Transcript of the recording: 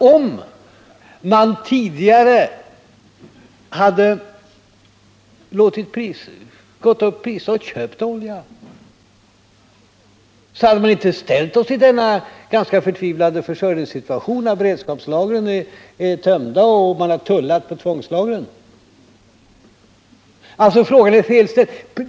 Om man tidigare hade gått upp i pris och köpt olja, så hade man inte ställt oss i denna ganska förtvivlade försörjningssituation, där beredskapslagren är tömda och där man har tullat på tvångslagren. Frågan är alltså felställd.